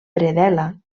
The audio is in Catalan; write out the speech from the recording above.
predel·la